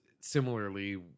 similarly